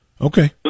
okay